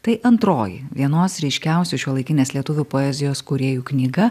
tai antroji vienos ryškiausių šiuolaikinės lietuvių poezijos kūrėjų knyga